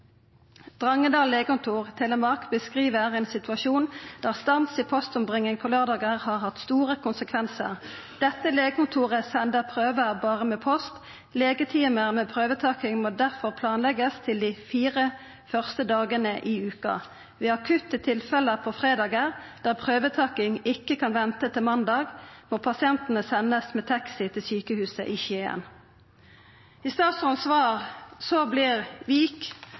postombringing på lørdager har hatt store konsekvenser. Dette legekontoret sender prøver bare med post. Legetimer med prøvetaking må derfor planlegges til de fire første dagene i uka. Ved akutte tilfeller på fredager, der prøvetaking ikke kan vente til mandag, må pasientene sendes med taxi til sykehuset i Skien.» I svaret frå statsråden vert Vik